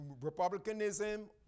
Republicanism